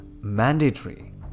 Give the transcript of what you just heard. mandatory